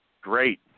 great